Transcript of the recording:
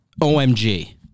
OMG